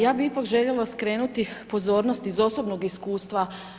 Ja bi ipak željela skrenuti pozornost iz osobnog iskustva.